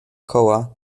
koła